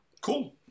Cool